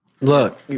Look